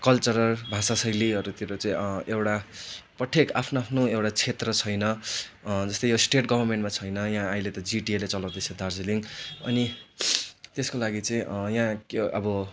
cultural भाषाशैलीहरूतिर चाहिँ एउटा पठेक आफ्नो आफ्नो एउटा क्षेत्र छैन जस्तै यो स्टेट गभर्मेन्टमा छैन यहाँ अहिले त जिटिएले चलाउँदैछ दार्जिलिङ अनि त्यसको लागि चाहिँ यहाँ के अब